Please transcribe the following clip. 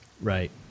right